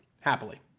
Happily